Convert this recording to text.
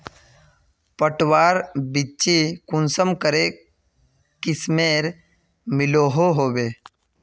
पटवार बिच्ची कुंसम करे किस्मेर मिलोहो होबे?